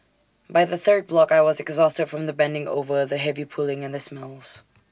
by the third block I was exhausted from the bending over the heavy pulling and the smells